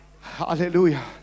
hallelujah